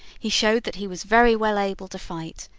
he showed that he was very well able to fight,